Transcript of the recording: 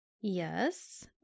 Yes